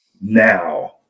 now